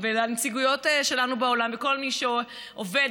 והנציגויות שלנו בעולם וכל מי שעובד,